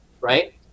right